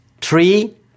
Three